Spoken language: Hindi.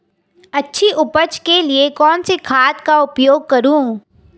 अच्छी उपज के लिए कौनसी खाद का उपयोग करूं?